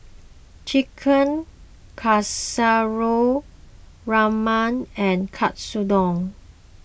Chicken Casserole Rajma and Katsudon